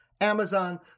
Amazon